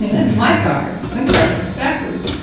that's my car! my car runs backwards.